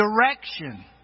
Direction